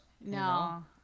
no